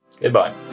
goodbye